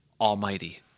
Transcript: almighty